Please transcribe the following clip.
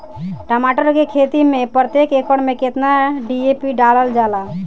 टमाटर के खेती मे प्रतेक एकड़ में केतना डी.ए.पी डालल जाला?